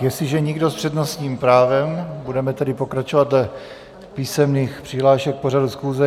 Jestliže nikdo s přednostním právem, budeme tedy pokračovat v písemných přihláškách k pořadu schůze.